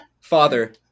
Father